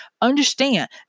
understand